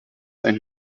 ein